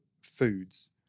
foods